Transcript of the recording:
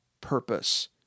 purpose